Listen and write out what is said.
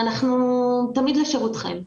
אנחנו תמיד לשירותכם.